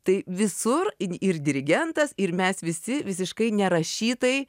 tai visur ir dirigentas ir mes visi visiškai nerašytai